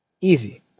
Easy